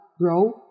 grow